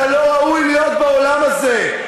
אתה לא ראוי להיות באולם הזה.